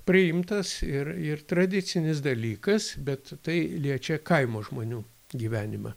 priimtas ir ir tradicinis dalykas bet tai liečia kaimo žmonių gyvenimą